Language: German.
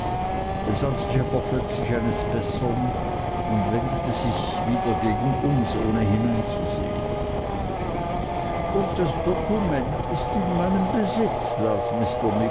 sich aber plötzlich eines bessern und wendete sich wieder gegen uns ohne hineinzusehen und das dokument ist in meinem besitz las